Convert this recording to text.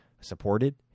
supported